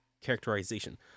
characterization